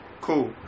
cool